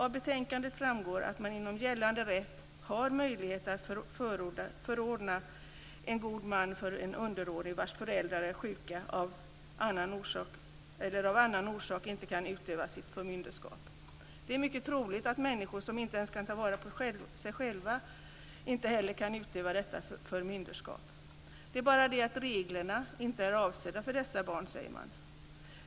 Av betänkandet framgår att man inom gällande rätt har möjlighet att förordna en god man för en underårig vars föräldrar är sjuka eller av annan orsak inte kan utöva sitt förmynderskap. Det är mycket troligt att människor som inte ens kan ta vara på sig själva inte heller kan utöva detta förmynderskap. Det är bara det att reglerna inte är avsedda för dessa barn, säger man.